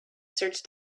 searched